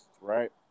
right